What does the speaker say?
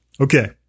Okay